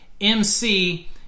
MC